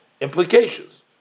implications